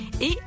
et